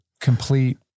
complete